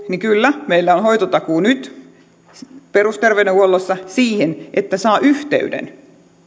niin kyllä meillä on hoitotakuu nyt perusterveydenhuollossa siihen että saa yhteyden